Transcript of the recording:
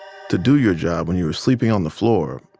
to do your job when you were sleeping on the floor,